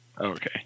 Okay